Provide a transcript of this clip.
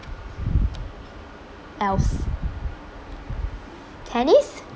else tennis